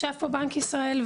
ישב פה בנק ישראל,